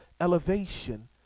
elevation